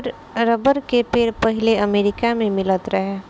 rubber के पेड़ पहिले अमेरिका मे मिलत रहे